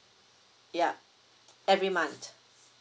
yeah every month